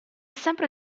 sempre